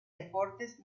deportes